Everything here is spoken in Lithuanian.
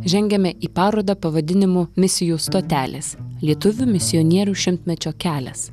žengiame į parodą pavadinimu misijų stotelės lietuvių misionierių šimtmečio kelias